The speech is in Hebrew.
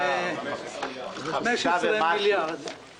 15 מיליארד שקל.